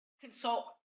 consult